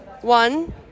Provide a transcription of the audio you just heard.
One